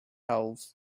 elves